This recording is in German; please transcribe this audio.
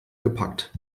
gepackt